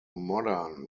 modern